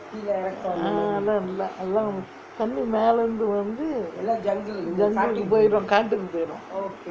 ah எல்லாம் இல்லே எல்லாம் தண்ணீ மேல இருந்து வந்து:ellam illae ellam thanni mela irunthu vanthu jungle கு போயிரும் காட்டுக்கு போயிரும்:ku poyirum kaatukku poyirum